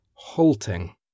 halting